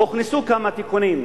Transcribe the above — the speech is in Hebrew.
הוכנסו כמה תיקונים,